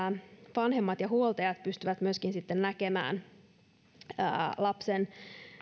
vanhemmat ja huoltajat myöskin pystyvät sitten näkemään lapseen